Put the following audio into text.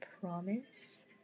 promise